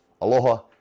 Aloha